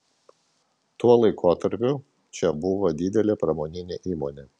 tuo laikotarpiu čia buvo didelė pramoninė įmonė